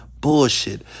bullshit